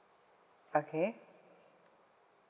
okay